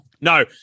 No